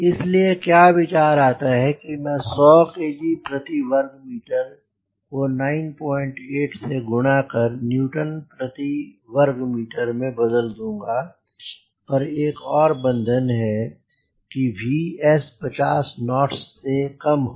इस लिए क्या विचार आता है मैं 100 kg प्रति वर्ग मीटर को 98 से गुना कर न्यूटन प्रति वर्ग मीटर में बदल दूँगा पर एक और बंधन है की Vs 50 नॉट्स से कम हो